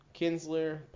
Kinsler